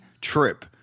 trip